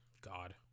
God